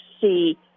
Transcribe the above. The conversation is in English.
see